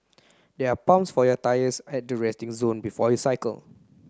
there are pumps for your tyres at the resting zone before you cycle